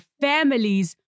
families